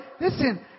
listen